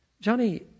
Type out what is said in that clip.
Johnny